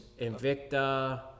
Invicta